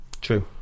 True